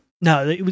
No